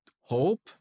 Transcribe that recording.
hope